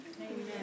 Amen